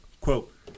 Quote